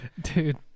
dude